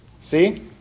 See